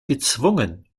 gezwungen